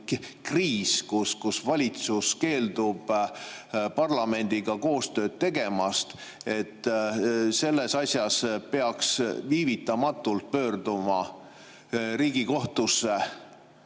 kriis, kus valitsus keeldub parlamendiga koostööd tegemast, peaks selles asjas viivitamatult pöörduma Riigikohtusse